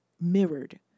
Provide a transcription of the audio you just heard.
mirrored